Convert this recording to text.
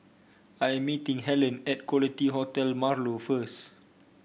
I'm meeting Hellen at Quality Hotel Marlow first